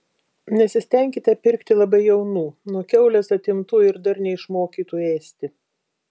nesistenkite pirkti labai jaunų nuo kiaulės atimtų ir dar neišmokytų ėsti